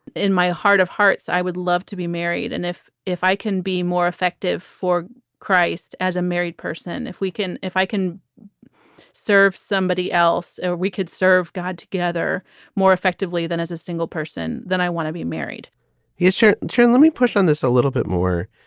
in my heart of hearts, i would love to be married. and if if i can be more effective for christ as a married person, if we can if i can serve somebody else, we could serve god together more effectively than as a single person. then i want to be married he is sure to and let me push on this a little bit more.